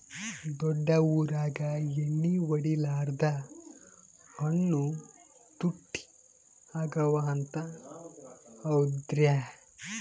ದೊಡ್ಡ ಊರಾಗ ಎಣ್ಣಿ ಹೊಡಿಲಾರ್ದ ಹಣ್ಣು ತುಟ್ಟಿ ಅಗವ ಅಂತ, ಹೌದ್ರ್ಯಾ?